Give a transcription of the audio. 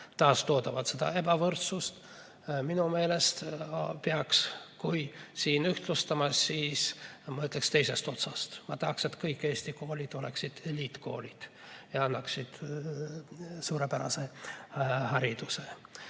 taastoodavad ebavõrdsust. Minu meelest, kui siin ühtlustada, siis ma ütleksin, et teisest otsast. Ma tahaksin, et kõik Eesti koolid oleksid eliitkoolid ja annaksid suurepärase hariduse.